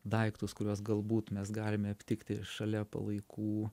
daiktus kuriuos galbūt mes galime aptikti šalia palaikų